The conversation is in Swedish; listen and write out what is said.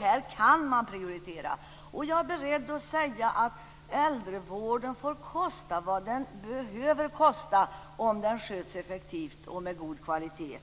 Här kan man prioritera. Jag är beredd att säga att äldrevården får kosta vad den behöver kosta om den sköts effektivt och med god kvalitet.